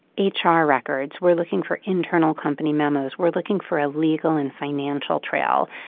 h r. records we're looking for internal company memos we're looking for a legal and financial trail.